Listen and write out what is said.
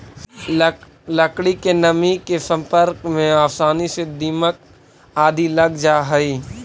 लकड़ी में नमी के सम्पर्क में आसानी से दीमक आदि लग जा हइ